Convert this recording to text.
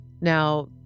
Now